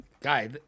Guy